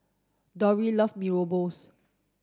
Dolly love Mee rebus